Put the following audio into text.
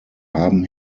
haben